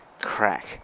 crack